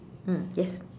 mm yes